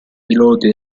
piloti